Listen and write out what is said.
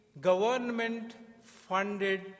government-funded